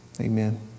Amen